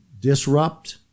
disrupt